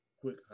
Quick